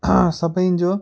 सभिनी जो